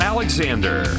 Alexander